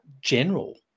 general